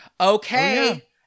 okay